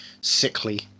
sickly